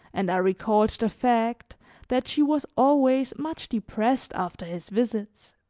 and i recalled the fact that she was always much depressed after his visits.